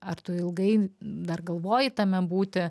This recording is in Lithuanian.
ar tu ilgai dar galvoji tame būti